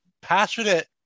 passionate